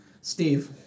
Steve